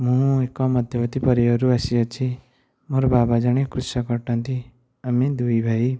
ମୁଁ ଏକ ମଧ୍ୟବିତ୍ତ ପରିବାରରୁ ଆସିଅଛି ମୋର ବାବା ଜଣେ କୃଷକ ଅଟନ୍ତି ଆମେ ଦୁଇ ଭାଈ